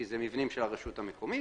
כי זה מבנים של הרשות המקומית.